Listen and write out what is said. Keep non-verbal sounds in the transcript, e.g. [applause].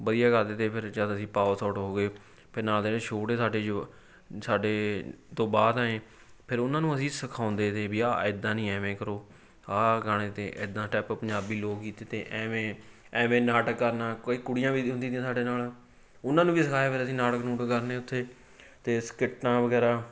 ਵਧੀਆ ਕਰਦੇ ਤੇ ਫਿਰ ਜਦ ਅਸੀਂ ਪਾਸ ਆਊਟ ਹੋ ਗਏ ਫਿਰ ਨਾਲ ਦੇ ਜਿਹੜੇ ਛੋਟੇ ਸਾਡੇ ਯੂਵਾ ਸਾਡੇ ਤੋਂ ਬਾਅਦ ਆਏ ਫਿਰ ਉਹਨਾਂ ਨੂੰ ਅਸੀਂ ਸਿਖਾਉਂਦੇ ਤੇ ਵੀ ਆਹ ਇੱਦਾਂ ਨਹੀਂ ਐਵੇਂ ਕਰੋ ਆਹ ਗਾਣੇ 'ਤੇ ਇੱਦਾਂ ਸਟੈਪ ਪੰਜਾਬੀ ਲੋਕ ਗੀਤ ਅਤੇ ਐਵੇਂ ਐਵੇਂ ਨਾਟਕ ਕਰਨਾ ਕੋਈ ਕੁੜੀਆਂ ਵੀ [unintelligible] ਹੁੰਦੀ ਤੀ ਸਾਡੇ ਨਾਲ ਉਹਨਾਂ ਨੂੰ ਵੀ ਸਿਖਾਇਆ ਫਿਰ ਅਸੀਂ ਨਾਟਕ ਨੂਟਕ ਕਰਨੇ ਉੱਥੇ ਅਤੇ ਸਕਿੱਟਾਂ ਵਗੈਰਾ